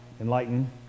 enlighten